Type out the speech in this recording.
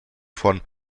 von